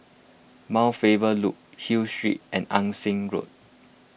Mount Faber Loop Hill Street and Ann Siang Road